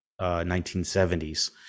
1970s